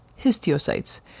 histiocytes